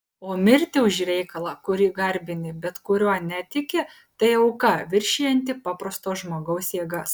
o mirti už reikalą kurį garbini bet kuriuo netiki tai auka viršijanti paprasto žmogaus jėgas